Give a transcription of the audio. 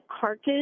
carcass